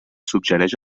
suggereix